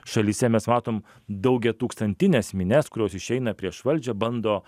šalyse mes matom daugiatūkstantines minias kurios išeina prieš valdžią bando